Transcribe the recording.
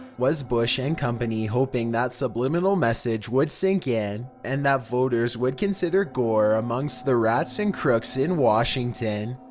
was bush and company hoping that subliminal message would sink in, and that voters would consider gore amongst the rats and crooks in washington?